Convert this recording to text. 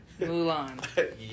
Mulan